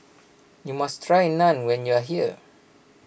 you must try Naan when you are here